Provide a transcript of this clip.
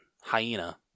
hyena